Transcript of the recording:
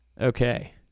okay